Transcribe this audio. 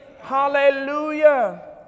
Hallelujah